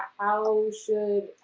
how should